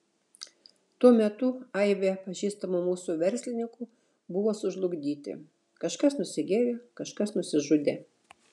tuo metu aibė pažįstamų mūsų verslininkų buvo sužlugdyti kažkas nusigėrė kažkas nusižudė